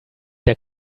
der